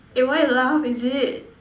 eh why you laugh is it